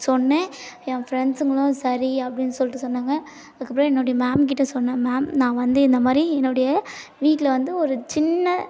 சொன்னேன் ஏன் ஃப்ரெண்ட்ஸுங்களும் சரி அப்படின்னு சொல்லிட்டு சொன்னாங்க அதுக்கப்புறோம் என்னுடைய மேம் கிட்ட சொன்னேன் மேம் நான் வந்து இந்த மாதிரி என்னுடைய வீட்டில் வந்து ஒரு சின்ன